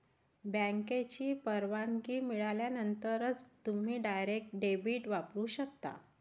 बँकेची परवानगी मिळाल्यानंतरच तुम्ही डायरेक्ट डेबिट वापरू शकता